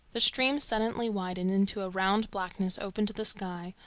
the stream suddenly widened into a round blackness open to the sky,